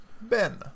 ben